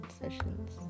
Sessions